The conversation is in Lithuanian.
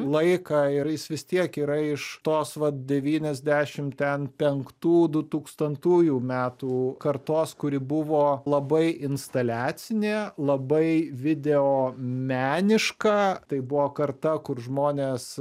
laiką ir jis vis tiek yra iš tos vat devyniasdešimt penktų ten dutūkstantųjų metų kartos kuri buvo labai instaliacinė labai videomeniška tai buvo karta kur žmonės